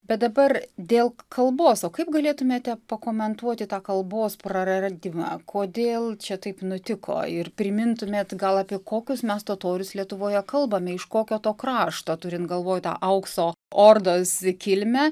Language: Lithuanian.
bet dabar dėl kalbos o kaip galėtumėte pakomentuoti tą kalbos prararadimą kodėl čia taip nutiko ir primintumėt gal apie kokius mes totorius lietuvoje kalbame iš kokio to krašto turint galvoj tą aukso ordos kilmę